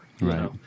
Right